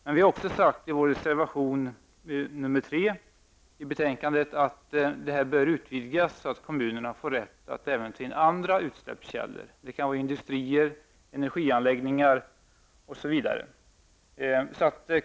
Men vi har i reservation nr 3 till betänkandet också sagt att denna möjlighet bör utvidgas så att kommunerna får rätt att begränsa även andra utsläppskällor. Det kan vara industrier, energianläggningar osv.